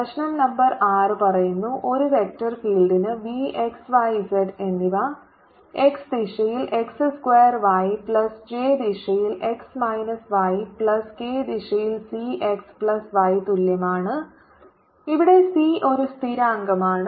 പ്രശ്നം നമ്പർ 6 പറയുന്നു ഒരു വെക്റ്റർ ഫീൽഡിന് V x y z എന്നിവ x ദിശയിൽ x square y plus j ദിശയിൽ x minus y plus k ദിശയിൽ c x പ്ലസ് y തുല്യമാണ് ഇവിടെ c ഒരു സ്ഥിരാങ്കമാണ്